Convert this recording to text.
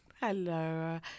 Hello